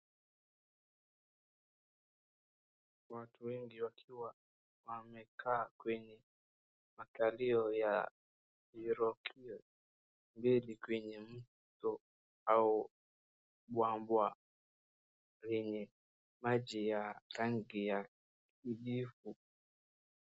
Watu wengi wakiwa wamekaa kwenye makalio ya hirokio mbili kwenye mto au bwawa lenye maji ya rangi ya kijivu